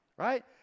right